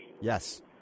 Yes